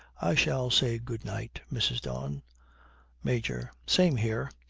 i shall say good-night, mrs. don major. same here.